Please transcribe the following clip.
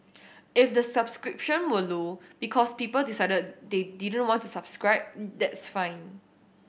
if the subscription were low because people decided they didn't want to subscribe that's fine